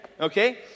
Okay